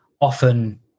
often